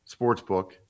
Sportsbook